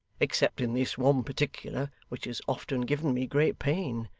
except in this one particular which has often given me great pain.